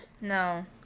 No